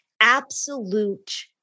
absolute